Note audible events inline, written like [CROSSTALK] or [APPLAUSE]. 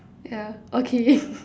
yeah okay [LAUGHS]